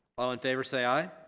all in favor say aye.